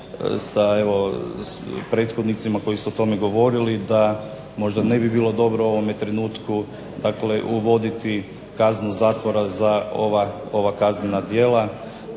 sa prethodnicima koji su o tome govorili da možda ne bi bilo dobro u ovome trenutku uvoditi kaznu zatvora za ova kaznena djela,